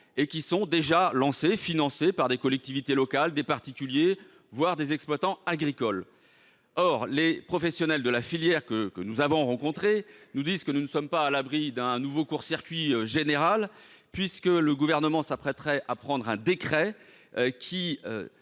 sont déjà financées par des collectivités locales, des particuliers, voire des exploitants agricoles. Or les professionnels de la filière que nous avons rencontrés nous disent que nous ne sommes pas à l’abri d’un nouveau court circuit général. En effet, le décret que le Gouvernement s’apprêterait à prendre signerait